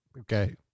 Okay